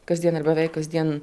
kasdien ar beveik kasdien